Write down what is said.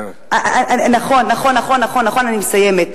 נכון, נכון, אני מסיימת.